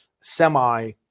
semi